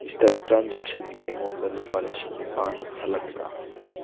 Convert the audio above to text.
ꯏꯁꯇꯛ ꯇ꯭ꯔꯥꯟꯖꯦꯛꯁꯟꯒꯤ ꯑꯩꯉꯣꯟꯗ ꯂꯨꯄꯥ ꯂꯤꯁꯤꯡ ꯅꯤꯄꯥꯟ ꯍꯜꯂꯛꯄ꯭ꯔꯥ